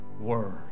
word